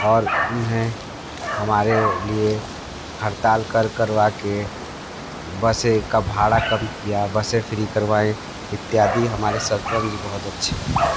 और उन्हें हमारे लिए हड़ताल कर करवा के बसें का भाड़ा कम किया बसें फ्री करवाएँ इत्यादि हमारे सरपंच जी बहुत अच्छे हैं